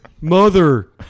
mother